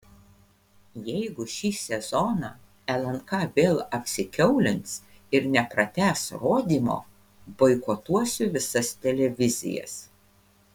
jeigu šį sezoną lnk vėl apsikiaulins ir nepratęs rodymo boikotuosiu visas televizijas